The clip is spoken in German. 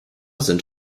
sind